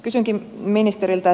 kysynkin ministeriltä